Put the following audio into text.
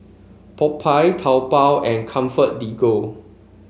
Popeye Taobao and ComfortDelGro